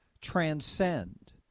transcend